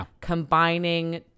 combining